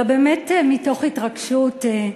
אלא באמת מתוך התרגשות.